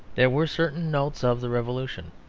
there were certain notes of the revolution.